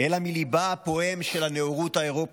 אלא מליבה הפועם של הנאורות האירופית.